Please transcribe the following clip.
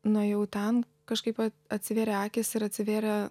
nuėjau ten kažkaip at atsivėrė akys ir atsivėrė